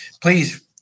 please